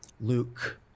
Luke